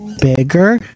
Bigger